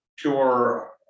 Pure